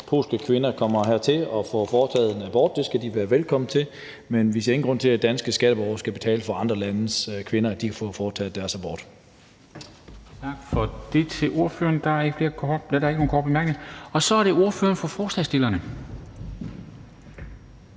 at polske kvinder kommer hertil og får foretaget en abort – det skal de være velkommen til – men vi ser ingen grund til, at danske skatteborgere skal betale for, at andre landes kvinder kan få foretaget en abort.